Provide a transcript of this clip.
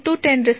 તો તમને 9